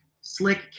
slick